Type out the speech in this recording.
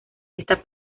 esta